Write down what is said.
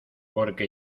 porque